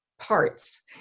parts